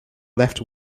left